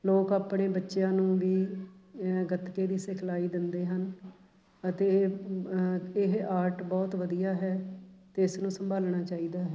ਲੋਕ ਆਪਣੇ ਬੱਚਿਆਂ ਨੂੰ ਵੀ ਗੱਤਕੇ ਦੀ ਸਿਖਲਾਈ ਦਿੰਦੇ ਹਨ ਅਤੇ ਇਹ ਇਹ ਆਰਟ ਬਹੁਤ ਵਧੀਆ ਹੈ ਅਤੇ ਇਸ ਨੂੰ ਸੰਭਾਲਣਾ ਚਾਹੀਦਾ ਹੈ